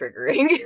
triggering